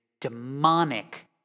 demonic